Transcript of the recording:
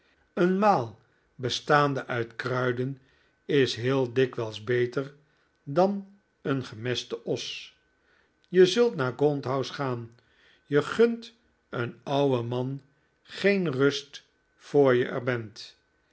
een maal bestaande uit kruiden is heel dikwijls beter dan een gemeste os je zult naar gaunt house gaan je gunt een ouwen man geen rust voor je er bent